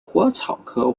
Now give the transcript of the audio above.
虎耳草科